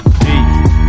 deep